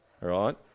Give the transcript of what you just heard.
right